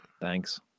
Thanks